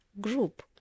group